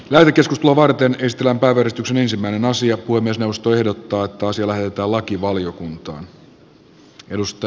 levikeskuspuuvarteen ristillä valaistuksen ensimmäinen asia kuin myös jaosto ehdottaa tosi läheltä arvoisa puhemies